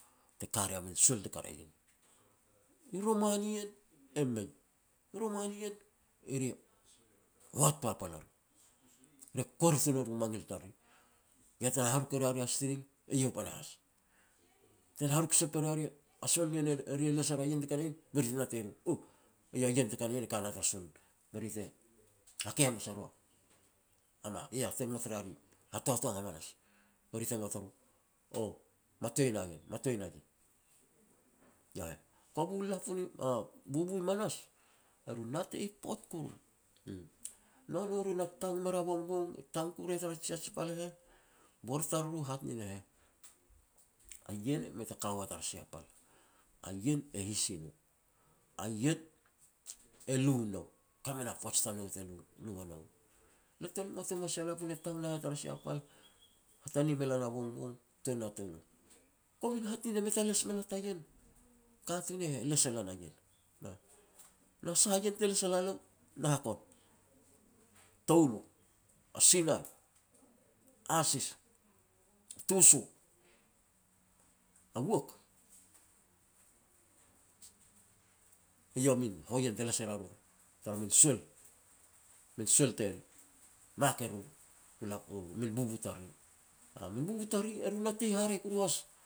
te ka ria min suel te ka ria ien. I roman ien, e mei. I roman ien, eri e hoat papal a ro. Re kuer tun er u mangil tariri, yah te hamuk e ria ri a sitiring, eiau panahas. Te haruk sep e ria ri a suel nien eri e les er a ien te ka na ien, be ri te natei ro, oh, eiau a ien te ka na ien e ka na tara suel nien. Be ri te hakei hamas e ro a mak ngot ria ri hatoatong hamanas, be ri te ngot o ro, oh, matoi na heh, matoi na heh, iau heh. Kovu lapun bubu i manas, e ru natei pot kuru, uum. Noa no ru na tang mer a bongbong, tang ku ria tar ji sia ji pal e heh, bor tariru e hat nin e heh, "A ien mei ta ka ua tara sia pal, a ien e his i no, a ien e lu nou, ka me na poaj tanou te lu ua nou." Le ten ngot e mua sia lapun e tang na tara sia pal, hatani me lan a bongbong tuan na touleh. Komin hat nin e mei ta les me la ta ien, katun ne heh les e lan a ien, na sah a ien te les e la lou? Na hakon, toulo, a sila, asis, tuso, a wook, eiau a min hoien te les e ria ru tara min suel, min suel te mak e ruru, u lapun min bubu tariri. A min bubu tariri, e ru natei haraeh kuru has